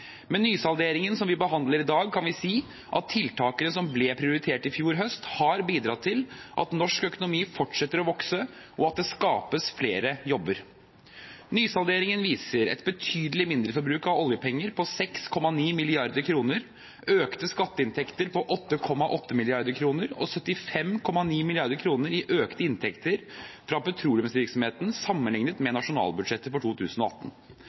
Med nysalderingen som vi behandler i dag, kan vi si at tiltakene som ble prioritert i fjor høst, har bidratt til at norsk økonomi fortsetter å vokse, og at det skapes flere jobber. Nysalderingen viser et betydelig mindreforbruk av oljepenger på 6,9 mrd. kr, økte skatteinntekter på 8,8 mrd. kr og 75,9 mrd. kr i økte inntekter fra petroleumsvirksomheten sammenlignet med nasjonalbudsjettet for 2018.